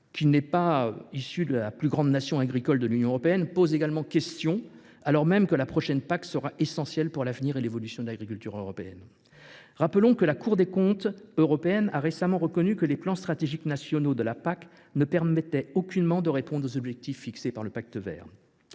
n’est pas la plus grande nation agricole de l’Union européenne… – pose également question, alors même que la prochaine PAC sera essentielle pour l’avenir et l’évolution de l’agriculture européenne. Rappelons que la Cour des comptes européenne a récemment reconnu que les plans stratégiques nationaux de la PAC ne permettaient aucunement de répondre aux objectifs fixés par le Pacte vert.